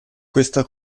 questa